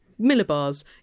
millibars